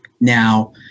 Now